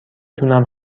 تونم